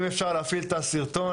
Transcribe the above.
אם אפשר להפעיל את הסרטון,